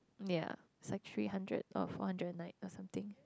yea it's like three hundred or four hundred a night or something